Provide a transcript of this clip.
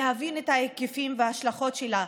להבין את ההיקפים וההשלכות שלה,